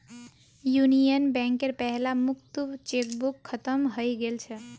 union बैंकेर पहला मुक्त चेकबुक खत्म हइ गेल छ